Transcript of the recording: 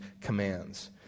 commands